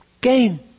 gain